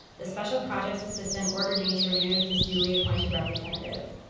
the special projects assistant ordered me to remove this duly-appointed representative.